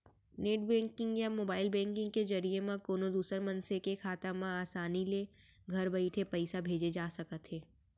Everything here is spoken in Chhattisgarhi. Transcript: नेट बेंकिंग या मोबाइल बेंकिंग के जरिए म कोनों दूसर मनसे के खाता म आसानी ले घर बइठे पइसा भेजे जा सकत हे